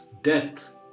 death